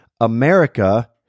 America